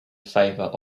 favour